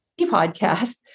podcast